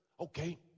Okay